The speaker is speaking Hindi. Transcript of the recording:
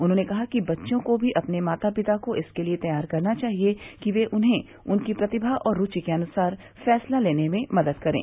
उन्होंने कहा कि बच्चों को भी अपने माता पिता को इसके लिए तैयार करना चाहिए कि वे उन्हें उनकी प्रतिभा और रूचि के अनुसार फैसला लेने में मदद करें